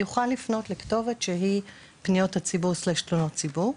יוכל לפנות לכתובת שהיא פניות הציבור או תלונות הציבור.